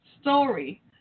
story